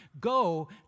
go